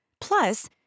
Plus